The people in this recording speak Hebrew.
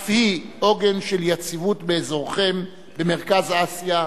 אף היא עוגן של יציבות באזורכם, במרכז אסיה,